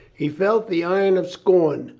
he felt the iron of scorn.